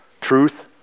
truth